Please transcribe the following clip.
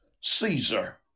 Caesar